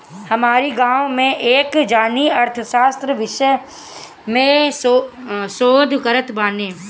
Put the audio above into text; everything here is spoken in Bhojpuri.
हमरी गांवे में एक जानी अर्थशास्त्र विषय में शोध करत बाने